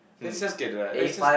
let's just get the let's just